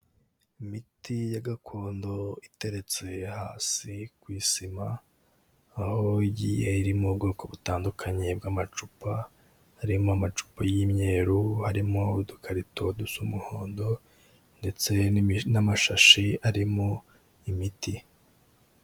Imiti ya gakondo iteretse hasi ku isima aho igiye irimo ubwoko butandukanye bw'amacupa harimo amacupa y'imyeru, harimo udukarito dusa umuhondo ndetse n'amashashi arimo imiti.